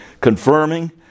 confirming